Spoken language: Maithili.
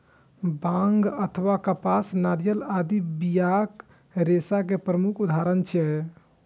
बांग अथवा कपास, नारियल आदि बियाक रेशा के प्रमुख उदाहरण छियै